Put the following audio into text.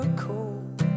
cold